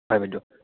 হয় বাইদেউ